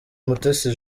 mutesi